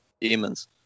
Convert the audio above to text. demons